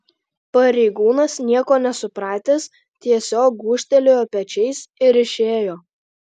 pareigūnas nieko nesupratęs tiesiog gūžtelėjo pečiais ir išėjo